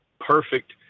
perfect